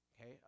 okay